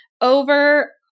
over